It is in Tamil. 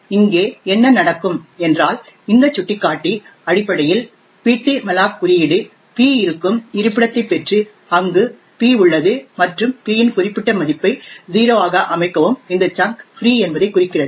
எனவே இங்கே என்ன நடக்கும் என்றால் இந்த சுட்டிக்காட்டி அடிப்படையில் ptmalloc குறியீடு p இருக்கும் இருப்பிடத்தைப் பெற்று அங்கு p உள்ளது மற்றும் p இன் குறிப்பிட்ட மதிப்பை 0 ஆக அமைக்கவும் இந்த சங்க் ஃப்ரீ என்பதைக் குறிக்கிறது